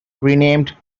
renamed